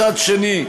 מצד שני,